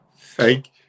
Thank